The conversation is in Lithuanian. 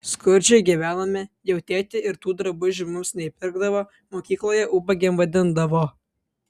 skurdžiai gyvenome jau tėtė ir tų drabužių mums neįpirkdavo mokykloje ubagėm vadindavo